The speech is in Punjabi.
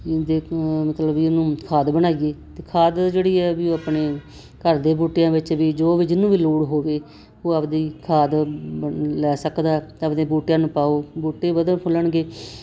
ਦੇ ਮਤਲਬ ਵੀ ਇਹਨੂੰ ਖਾਦ ਬਣਾਈਏ ਅਤੇ ਖਾਦ ਜਿਹੜੀ ਹੈ ਵੀ ਉਹ ਆਪਣੀ ਘਰ ਦੇ ਬੂਟਿਆਂ ਵਿੱਚ ਵੀ ਜੋ ਵੀ ਜਿਹਨੂੰ ਵੀ ਲੋੜ ਹੋਵੇ ਉਹ ਆਪਦੀ ਖਾਦ ਲ ਲੈ ਸਕਦਾ ਆਪਦੇ ਬੂਟਿਆਂ ਨੂੰ ਪਾਓ ਬੂਟੇ ਵਧਣ ਫੁੱਲਣਗੇ